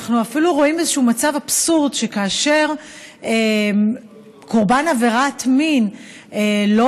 אנחנו אפילו רואים איזה מצב אבסורדי: כאשר קורבן עבירת מין לא